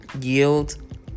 Yield